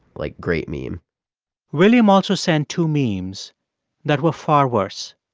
like, great meme william also sent two memes that were far worse.